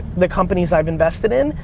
the companies i've invested in.